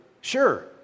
sure